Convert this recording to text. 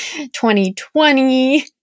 2020